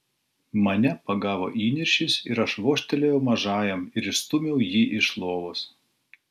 mane pagavo įniršis ir aš vožtelėjau mažajam ir išstūmiau jį iš lovos